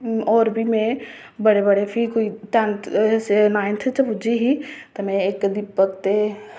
होर बी में कोई बड़े बारी नाईन्थ च पुज्जी ही ते में इक दीपक ते